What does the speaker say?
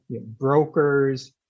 brokers